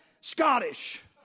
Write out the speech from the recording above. Scottish